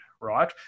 right